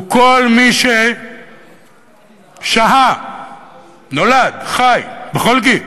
הוא כל מי ששהה, נולד, חי, בכל גיל,